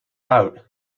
out